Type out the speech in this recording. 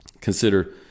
Consider